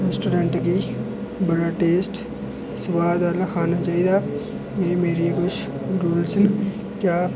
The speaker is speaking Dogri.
रैस्टोरैंट गी बड़ा टेस्ट स्वाद आह्ला खाना चाहिदा एह् मेरे किश रूल्स न क्या